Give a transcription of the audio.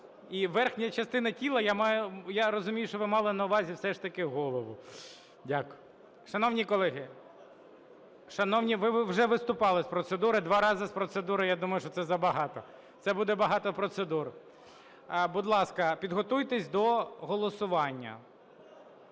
І верхня частина тіла - я розумію, що ви мали на увазі все ж таки голову. Дякую. Шановні колеги, шановні, ви вже виступали з процедури, два рази з процедури я думаю, що це забагато, це буде багато процедур. Будь ласка, підготуйтесь до голосування.